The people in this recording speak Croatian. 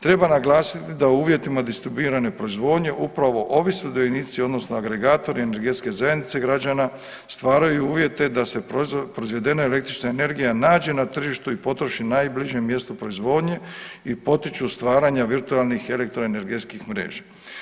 Treba naglasiti da u uvjetima distribuirane proizvodnje upravo ovi sudionici odnosno agregatori energetske zajednice građana stvaraju uvjete da se proizvedena električna energija nađe na tržištu i potroši najbližem mjestu proizvodnje i potiču stvaranja virtualnih elektroenergetskih mreža.